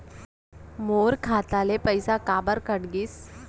मोर खाता ले पइसा काबर कट गिस?